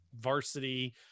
varsity